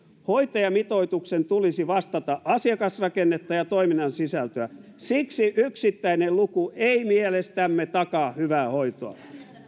hoitajamitoituksen tulisi vastata asiakasrakennetta ja toiminnan sisältöä siksi yksittäinen luku ei mielestämme takaa hyvää hoitoa